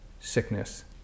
sickness